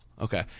Okay